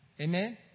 Amen